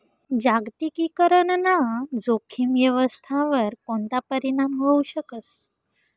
जागतिकीकरण ना जोखीम व्यवस्थावर कोणता परीणाम व्हवू शकस